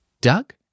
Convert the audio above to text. Doug